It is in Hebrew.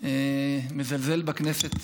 מזלזל בכנסת